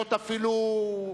להיות אפילו,